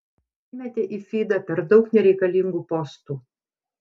įmetė į fydą per daug nereikalingų postų